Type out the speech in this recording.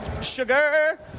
Sugar